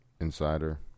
Insider